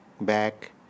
back